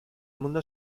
mundo